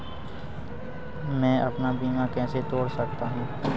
मैं अपना बीमा कैसे तोड़ सकता हूँ?